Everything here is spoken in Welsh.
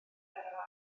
ymarfer